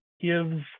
gives